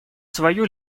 свою